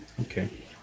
Okay